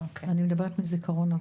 אבל אני מדברת מזיכרון.